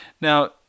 Now